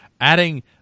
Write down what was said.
adding